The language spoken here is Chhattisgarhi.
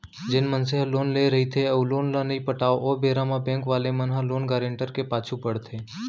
जेन मनसे ह लोन लेय रहिथे अउ लोन ल नइ पटाव ओ बेरा म बेंक वाले मन ह लोन गारेंटर के पाछू पड़थे